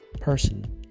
person